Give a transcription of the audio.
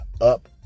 up